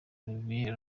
olivier